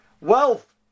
wealth